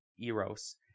Eros